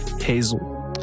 Hazel